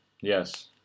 Yes